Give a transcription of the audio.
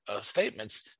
statements